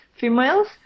females